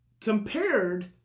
compared